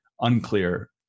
unclear